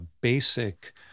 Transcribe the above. basic